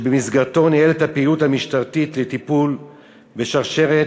שבמסגרתה הוא ניהל את הפעילות המשטרתית לטיפול בשרשרת